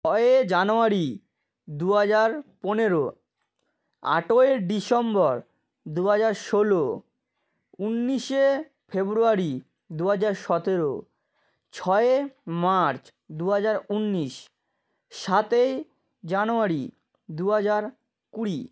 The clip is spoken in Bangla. ছয়ই জানুয়ারি দু হাজার পনেরো আটই ডিসেম্বর দু হাজার ষোলো উনিশে ফেব্রুয়ারি দু হাজার সতেরো ছয়ে মার্চ দু হাজার উনিশ সাতই জানুয়ারি দু হাজার কুড়ি